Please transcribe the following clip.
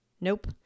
nope